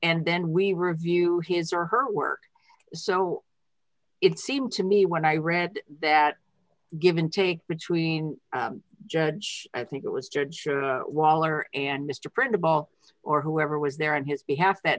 and then we review his or her work so it seemed to me when i read that given take between judge i think it was judge waller and mr printable or whoever was there on his behalf that